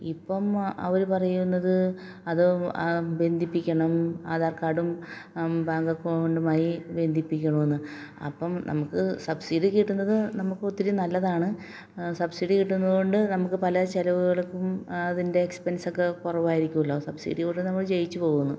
ഇപ്പം അവർ പറയുന്നത് അത് ബന്ധിപ്പിക്കണം ആധാര് കാര്ഡും ബാങ്ക് അക്കൗണ്ടുമായി ബന്ധിപ്പിക്കണമെന്ന് അപ്പം നമുക്ക് സബ്സിഡി കിട്ടുന്നത് നമുക്ക് ഒത്തിരി നല്ലതാണ് സബ്സിഡി കിട്ടുന്നോണ്ട് നമുക്ക് പല ചിലവുകള്ക്കും അതിന്റെ എക്സ്പെന്സ് ഒക്കെ കുറവായിരിക്കൂലോ സബ്സിഡി കൊണ്ട് നമ്മൾ ജീവിച്ചു പോകുന്നു